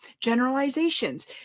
generalizations